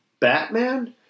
batman